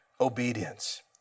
obedience